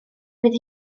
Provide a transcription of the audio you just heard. fydd